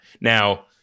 Now